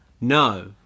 No